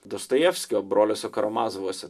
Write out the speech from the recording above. dostojevskio broliuose karomazavuose